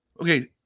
Okay